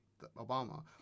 Obama